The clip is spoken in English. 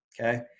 Okay